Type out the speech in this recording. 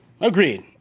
Agreed